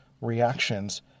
reactions